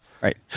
Right